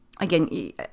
Again